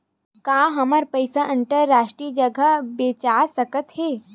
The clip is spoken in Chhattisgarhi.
का हमर पईसा अंतरराष्ट्रीय जगह भेजा सकत हे?